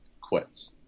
quits